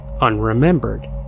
unremembered